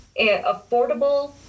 affordable